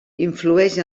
influeix